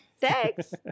Thanks